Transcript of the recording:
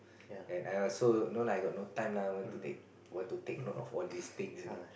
and I also no lah I got no time lah want to take want to take note all these things you know